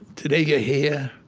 today you're here,